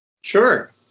Sure